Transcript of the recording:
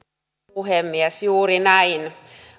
puhemies juuri näin